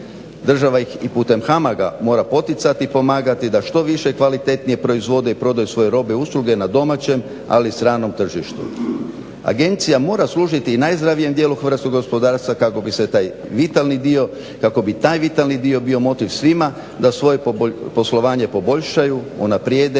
Država ih i putem HAMAG-a mora poticati i pomagati da što više i kvalitetnije proizvode i prodaju svoje robe i usluge na domaćem ali i stranom tržištu. Agencija mora služiti i najzdravijem dijelu kada su gospodarstva kako bi se taj vitalni dio, kako bi taj vitalni dio bio motiv svima da svoje poslovanje poboljšaju, unaprijede